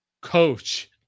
coach